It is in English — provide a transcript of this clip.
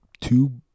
two